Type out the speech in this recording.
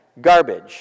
garbage